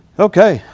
okay.